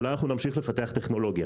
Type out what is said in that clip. אולי נמשיך לפתח טכנולוגיה.